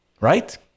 Right